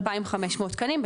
2,500 תקנים,